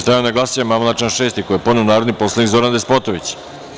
Stavljam na glasanje amandman na član 6. koji je podneo narodni poslanik Zoran Despotović.